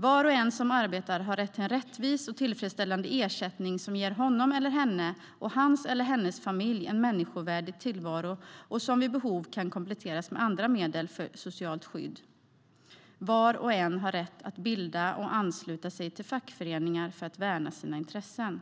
Var och en som arbetar har rätt till en rättvis och tillfredsställande ersättning som ger honom eller henne och hans eller hennes familj en människovärdig tillvaro och som vid behov kan kompletteras med andra medel för socialt skydd. Var och en har rätt att bilda och ansluta sig till fackföreningar för att värna sina intressen.